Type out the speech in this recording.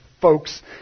folks